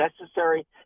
necessary